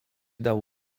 dał